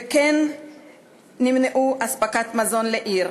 וכן נמנעה אספקת מזון לעיר.